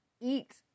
eat